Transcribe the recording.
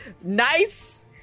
nice